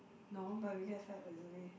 no but we get fat very easily